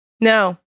No